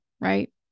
right